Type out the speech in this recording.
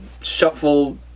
shuffle